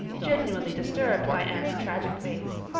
genuinely disturbed by anne's tragic face.